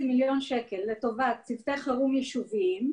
מיליון שקלים לטובת צוותי חירום יישוביים,